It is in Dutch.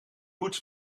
poets